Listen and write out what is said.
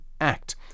act